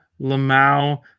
lamau